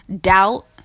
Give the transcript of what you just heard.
doubt